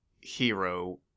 hero